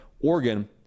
Oregon